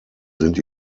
sind